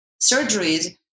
surgeries